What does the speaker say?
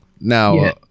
Now